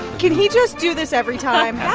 can he just do this every time?